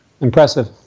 impressive